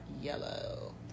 yellow